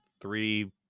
three